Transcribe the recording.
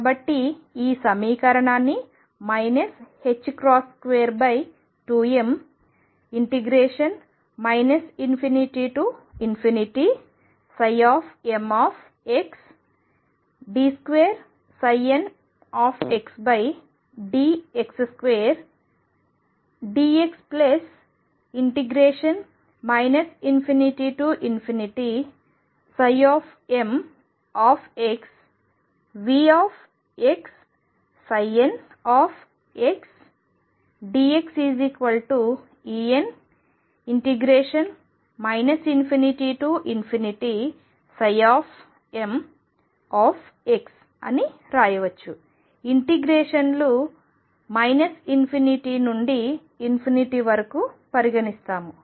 కాబట్టి ఈ సమీకరణాన్ని 22m ∞md2ndx2dx ∞mVxndxEn ∞mxndx అని రాయవచ్చు అన్నిఇంటిగ్రేషన్ లు ∞ నుండి వరకు పరిగణిస్తాము